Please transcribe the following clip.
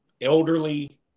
elderly